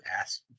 ask